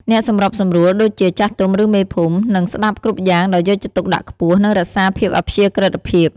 អ្នកសម្របសម្រួល ដូចជា ចាស់ទុំ ឬ មេភូមិ នឹងស្តាប់គ្រប់យ៉ាងដោយយកចិត្តទុកដាក់ខ្ពស់ និងរក្សាភាពអព្យាក្រឹត្យភាព។